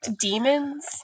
demons